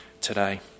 today